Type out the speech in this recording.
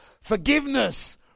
Forgiveness